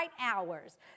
hours